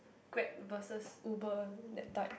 Grab versus Uber that type